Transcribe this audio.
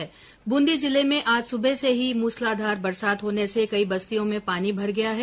दूंदी जिले में आज सुबह से ही मूसलाधार बरसात होने से कई बस्तियों में पानी भर गया है